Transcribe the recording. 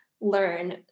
learn